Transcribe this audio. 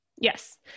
Yes